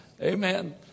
Amen